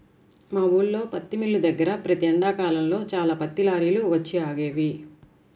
మా ఊల్లో పత్తి మిల్లు దగ్గర ప్రతి ఎండాకాలంలో చాలా పత్తి లారీలు వచ్చి ఆగేవి